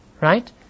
Right